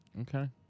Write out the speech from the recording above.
Okay